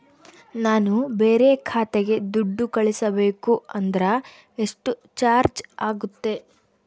ನಾನು ಬೇರೆ ಖಾತೆಗೆ ದುಡ್ಡು ಕಳಿಸಬೇಕು ಅಂದ್ರ ಎಷ್ಟು ಚಾರ್ಜ್ ಆಗುತ್ತೆ?